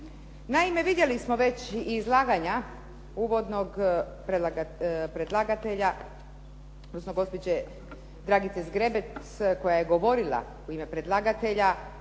Naime, vidjeli smo već i izlaganja uvodnog predlagatelja, odnosno gospođe Dragice Zgrebec koja je govorila u ime predlagatelja